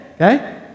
Okay